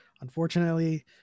Unfortunately